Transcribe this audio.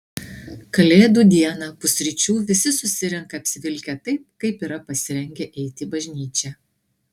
kalėdų dieną pusryčių visi susirenka apsivilkę taip kaip yra pasirengę eiti į bažnyčią